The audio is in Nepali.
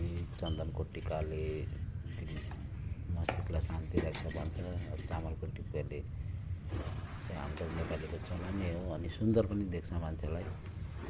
अनि चन्दनको टिकाले दि मस्तिष्कलाई शान्ति राख्छ भन्छ चामलको टिकाले चाहिँ हाम्रो नेपालीको चलन नै हो अनि सुन्दर पनि देख्छ मान्छेलाई